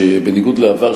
שבניגוד לעבר,